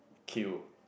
queue